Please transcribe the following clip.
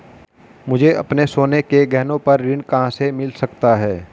मुझे अपने सोने के गहनों पर ऋण कहां से मिल सकता है?